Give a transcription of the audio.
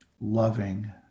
loving